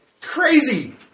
crazy